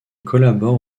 collabore